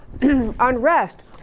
unrest